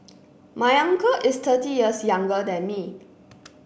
my uncle is thirty years younger than me